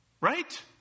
Right